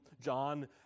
john